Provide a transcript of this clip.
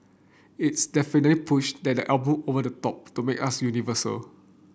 its definitely pushed that album over the top to make us universal